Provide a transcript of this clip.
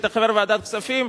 והיית חבר ועדת הכספים,